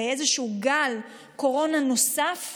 לאיזשהו גל קורונה נוסף,